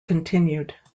continued